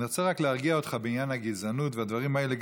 אני רוצה רק להרגיע אותך בעניין הגזענות והדברים האלה.